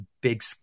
big